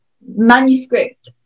manuscript